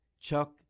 Chuck